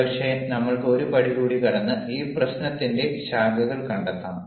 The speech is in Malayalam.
ഒരുപക്ഷേ നമ്മൾക്ക് ഒരു പടി കൂടി കടന്ന് ഈ പ്രശ്നത്തിന്റെ ശാഖകൾ കണ്ടെത്താം